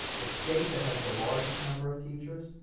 the state that has the largest number of teachers,